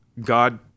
God